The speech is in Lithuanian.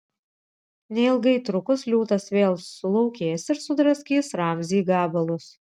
neilgai trukus liūtas vėl sulaukės ir sudraskys ramzį į gabalus